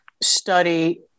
study